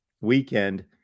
weekend